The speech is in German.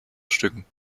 stücken